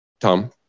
Tom